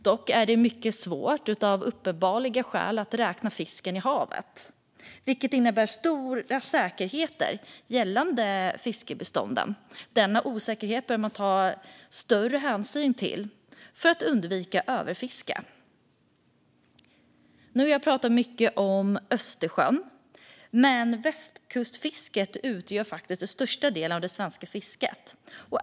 Dock är det av uppenbara skäl mycket svårt att räkna fiskarna i havet, vilket innebär stora osäkerheter gällande fiskbestånden. Denna osäkerhet bör man ta större hänsyn till för att undvika överfiske. Jag har talat mycket om Östersjön. Men västkustfisket utgör den största delen av det svenska fisket.